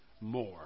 more